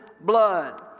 blood